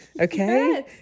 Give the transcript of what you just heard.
Okay